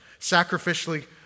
sacrificially